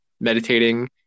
meditating